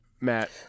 Matt